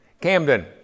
Camden